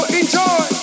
enjoy